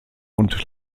und